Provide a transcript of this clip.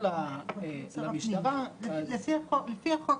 לפי החוק,